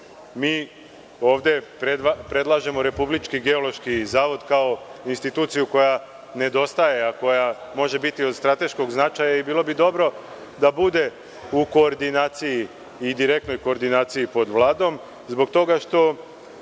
ovde predlažemo Republički geološki zavod kao instituciju koja nedostaje, a koja može biti od strateškog značaja i bilo bi dobro da bude u koordinaciji i direktnoj koordinaciji pod Vladom, zbog toga što